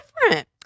different